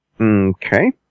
Okay